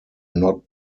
not